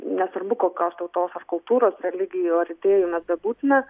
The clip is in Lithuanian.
nesvarbu kokios tautos ar kultūros religijų ar idėjų mes bebūtume